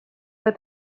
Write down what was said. but